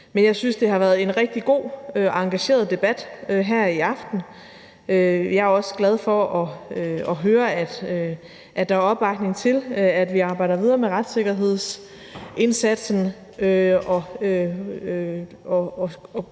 Men jeg synes, at det har været en rigtig god og engageret debat her i aften. Jeg er også glad for at høre, at der er opbakning til, at vi arbejder videre med retssikkerhedsindsatsen og